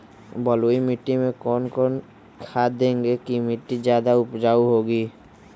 बलुई मिट्टी में कौन कौन से खाद देगें की मिट्टी ज्यादा उपजाऊ होगी?